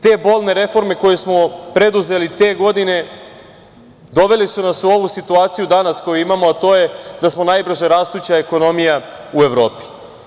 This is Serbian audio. Te bolne reforme koje smo preduzeli te godine doveli su nas u ovu situaciju danas koju imamo, a to je da smo najbrže rastuća ekonomija u Evropi.